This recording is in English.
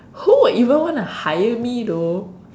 who would even wanna hire me though